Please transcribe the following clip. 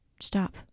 stop